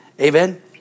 Amen